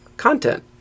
content